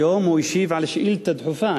היום הוא השיב על שאילתא דחופה.